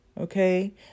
okay